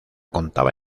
contaba